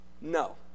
No